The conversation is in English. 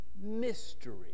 mystery